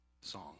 Song